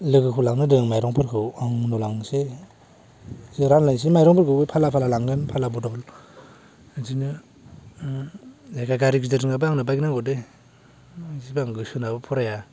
लोगोखौ लांनो होदों माइरंफोरखौ आं उनाव लांसै जों रानलायसै माइरंफोरखौबो फाला फाला लांगोन फाला बदल बेदिनो जायखिया गारि गिदिर नङाबा आंनो बाइक नांगौ दे एदिबा आं गोसो होनाबो फराया